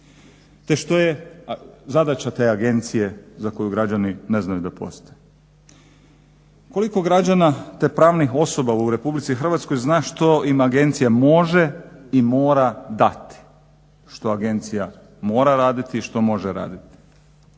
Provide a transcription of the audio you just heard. Te što je zadaća te agencije za koju građani ne znaju da postoji? Koliko građana te pravnih osoba u RH zna što im agencija može i mora dati? Što agencija mora raditi i što može raditi?